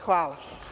Hvala.